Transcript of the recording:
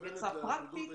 מבחינה פרקטית,